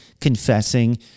confessing